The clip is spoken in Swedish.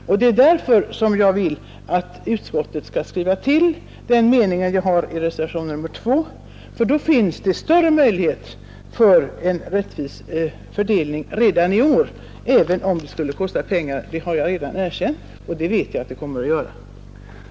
Jag vill därför att utskottet i sin skrivning skall lägga till den mening som jar har föreslagit i reservationen 2, ty därigenom blir det större möjlighet att få en rättvis fördelning redan i år, även om det skulle kosta pengar — jag har redan erkänt och jag vet att det kommer att göra det.